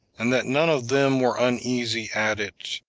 and that none of them were uneasy at it,